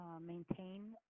maintain